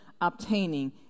obtaining